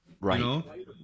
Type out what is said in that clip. Right